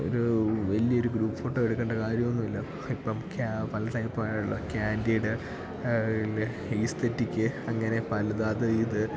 ഒരു വലിയൊരു group photo എടുക്കേണ്ട കാര്യമൊന്നുമില്ല ഇപ്പം പല ടൈപ്പായുള്ള ക്യാൻ്റീഡ് ഈസ്ത്തെറ്റിക്ക് അങ്ങനെ പലത് അത് ഇത്